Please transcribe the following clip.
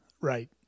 right